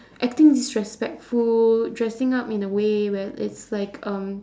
acting disrespectful dressing up in a way where it's like um